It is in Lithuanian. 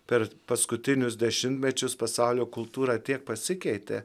per paskutinius dešimtmečius pasaulio kultūrą tiek pasikeitė